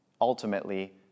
ultimately